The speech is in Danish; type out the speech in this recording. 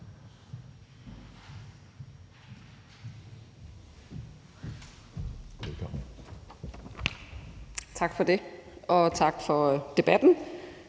Tak for det, og tak for debatten,